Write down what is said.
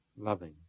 loving